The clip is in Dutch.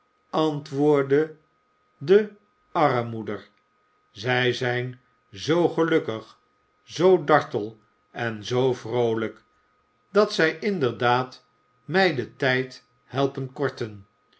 antwoordde de armmoeder zij zijn zoo gelukkig zoo dartel en zoo vroolijk dat zij inderdaad mij den tijd helpen